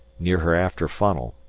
near her after funnel,